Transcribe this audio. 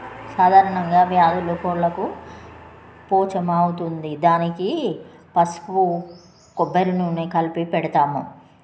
సాధారణంగా వ్యాధులు కోళ్ళకు పోచమ్మ అవుతుంది దానికి పసుపు కొబ్బరి నూనె కలిపి పెడతాము